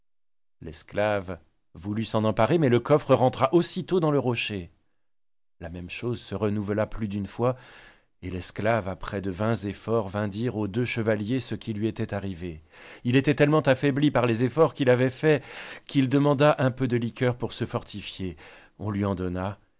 l'esclave voulut s'en emparer mais le coffre rentra aussitôt dans le rocher la même chose se renouvella plus d'une fois et l'esclave après de vains efforts vint dire aux deux chevaliers ce qui lui était arrivé il était tellement affaibli par les efforts qu'il avait fait qu'il demanda un peu de liqueur pour se fortifier on lui en donna